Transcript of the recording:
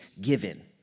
given